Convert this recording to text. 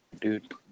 dude